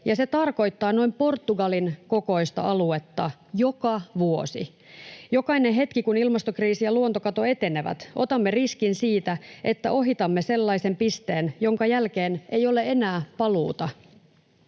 se tarkoittaa noin Portugalin kokoista aluetta joka vuosi. Jokainen hetki, jolloin ilmastokriisi ja luontokato etenevät, otamme riskin siitä, että ohitamme sellaisen pisteen, jonka jälkeen ei ole enää paluuta.